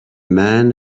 man